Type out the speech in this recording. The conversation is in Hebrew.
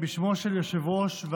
תודה רבה, אדוני היושב-ראש.